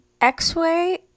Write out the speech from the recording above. X-ray